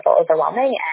overwhelming